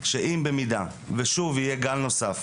שאם במידה ושוב יהיה גל נוסף